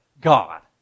God